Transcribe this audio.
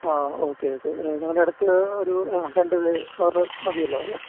ആ okay okay ഞങ്ങളുടെ അടുത്ത് ഒരു ആ രണ്ട് അവരുടെ മതിയല്ലോ അല്ലേ